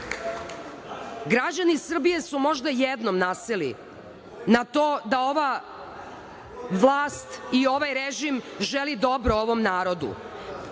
džepove. Građani Srbije su možda jednom naseli na to da ova vlast i ovaj režim žele dobro ovom narodu.